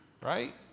right